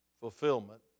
fulfillment